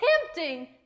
tempting